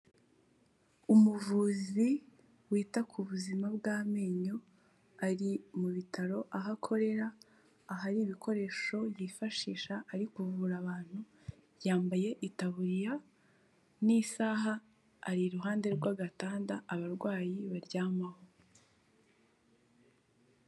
Umuvuzi wita ku buzima bw'amenyo, ari mu bitaro aho akorera, ahari ibikoresho yifashisha ari kuvura abantu, yambaye itaburiya n'isaha, ari iruhande rw'agatanda abarwayi baryamaho.